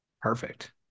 perfect